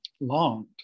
longed